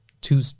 two